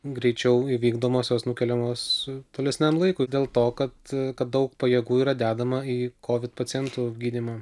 greičiau įvykdomos jos nukeliamos tolesniam laikui dėl to kad kad daug pajėgų yra dedama į kovid pacientų gydymą